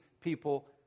people